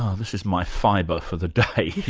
ah this is my fibre for the day, you